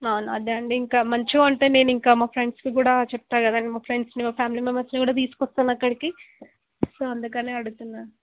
అవునా అదేండి ఇంకా మంచిగా ఉంటే నేను ఇంకా మా ఫ్రెండ్స్కి కూడా చెప్తా కదండి మా ఫ్రెండ్స్ని మా ఫ్యామిలీ మెంబర్స్ని కూడా తీసుకొస్తాను అక్కడికి సో అందుకనే అడుగుతున్నా